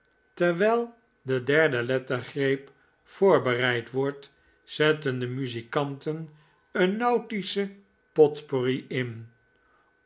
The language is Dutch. terwijl de derde lettergreep voorbereid wordt zetten de muzikanten een nautische potpourri in